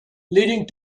leading